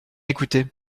écouter